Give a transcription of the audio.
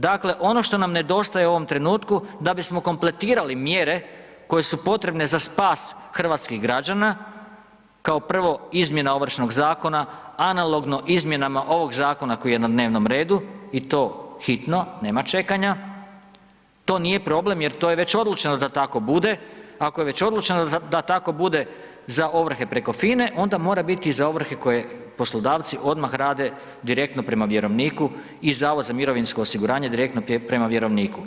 Dakle, ono što nam nedostaje u ovom trenutku da bismo kompletirali mjere koje su potrebne za spas hrvatskih građana, kao prvo, izmjena Ovršnog zakona, analogno izmjenama ovog zakona koji je na dnevnom redu i to hitno, nema čekanja, to nije problem jer to je već odlučeno da tako bude, ako je već odlučeno da tako bude za ovrhe preko FINA-e, onda mora biti i za ovrhe koje poslodavci odmah rade direktno prema vjerovniku i Zavod za mirovinski osiguranje direktno prema vjerovniku.